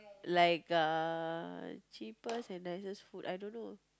like uh cheapest and nicest food I don't know